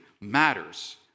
matters